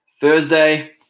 Thursday